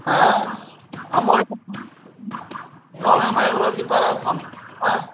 आँय हमर गाँवेमे आबि रहल छी तारास्थानमे